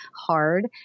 hard